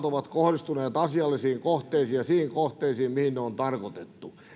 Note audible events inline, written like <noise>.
<unintelligible> ovat kohdistuneet asiallisiin kohteisiin ja niihin kohteisiin mihin ne on tarkoitettu